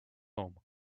home